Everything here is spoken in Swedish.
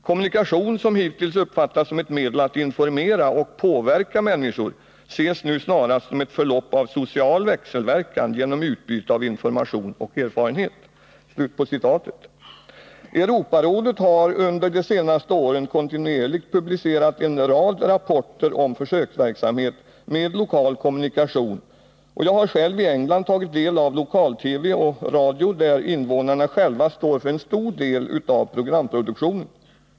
Kommunikation som hittills uppfattats som ett medel att informera och påverka människor, ses nu snarast som ett förlopp av social växelverkan, genom utbyte av information och erfarenhet.” Europarådet har under de senaste åren kontinuerligt publicerat en rad rapporter om försöksverksamhet med lokal kommunikation, och jag har själv i England tagit del av lokal-TV och lokalradio där invånarna själva står för en stor del av programproduktionen.